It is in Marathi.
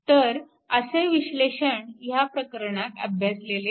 तर असे विश्लेषण ह्या प्रकरणात अभ्यासलेले नाही